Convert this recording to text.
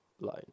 line